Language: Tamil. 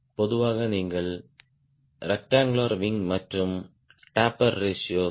பொதுவாக நீங்கள் ரெக்டாங்குலர் விங் மற்றும் டேப்பர் ரேஷியோ 0